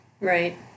Right